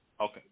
Okay